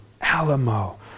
Alamo